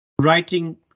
writing